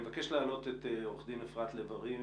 אני מבקש להעלות את עורכת דין אפרת לב ארי,